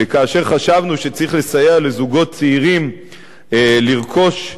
שכאשר חשבנו שצריך לסייע לזוגות צעירים לרכוש דירה,